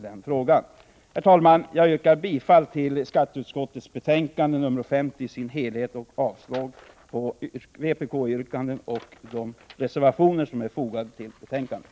Jag yrkar bifall till hemställan i skatteutskottets betänkande nr 50 och avslag på vpk-yrkandena och de reservationer som är fogade till betänkandet.